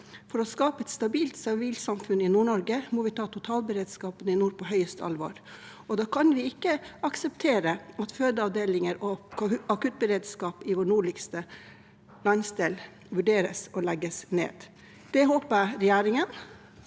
For å skape et stabilt sivilsamfunn i NordNorge må vi ta totalberedskapen i Nord på høyeste alvor. Da kan vi ikke akseptere at fødeavdelinger og akuttberedskap i vår nordligste landsdel vurderes lagt ned. Det håper jeg regjeringen